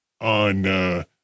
on